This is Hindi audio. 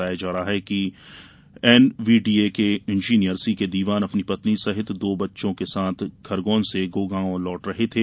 बताया जा रहा है की एनव्हीडीए के इंजीनियर सीके दीवान अपनी पत्नि सहित दो बच्चो के साथ खरगोन से गोगांवा लौट रहे थे